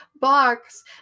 box